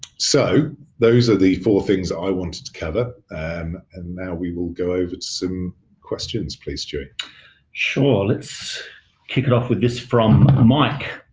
so those are the four things i wanted to cover and now we will go over to some questions, please stuey. stuey sure. let's kick it off with this from ah mike.